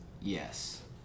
Yes